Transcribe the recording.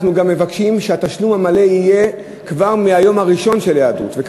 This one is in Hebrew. אנחנו גם מבקשים שהתשלום המלא יהיה כבר מהיום הראשון של ההיעדרות.